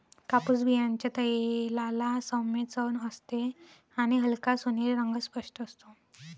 कापूस बियांच्या तेलाला सौम्य चव असते आणि हलका सोनेरी रंग स्पष्ट असतो